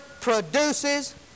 produces